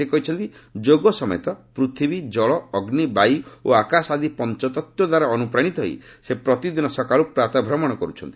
ସେ କହିଛନ୍ତି ଯୋଗ ସମେତ ପୃଥିବୀ କଳ ଅଗ୍ନି ବାୟୁ ଓ ଆକାଶ ଆଦି ପଞ୍ଚତତ୍ତ୍ୱ ଦ୍ୱାରା ଅନୁପ୍ରାଣିତ ହୋଇ ସେ ପ୍ରତିଦିନ ସକାଳୁ ପ୍ରାତଃ ଭ୍ରମଣ କରୁଛନ୍ତି